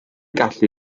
gallu